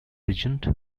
regent